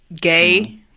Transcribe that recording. gay